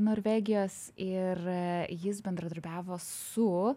norvegijos ir jis bendradarbiavo su